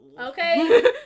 Okay